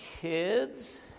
kids